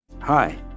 hi